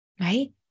right